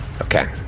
Okay